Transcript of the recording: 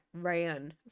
ran